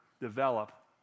develop